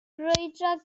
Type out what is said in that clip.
brwydro